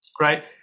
right